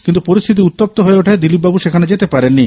কিন্তু পরিস্থিতি উত্তপ্ত হয়ে ওঠায় দীলিপবাবু সেখানে যেতে পারেননি